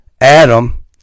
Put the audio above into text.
Adam